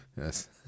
Yes